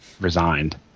resigned